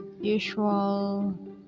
usual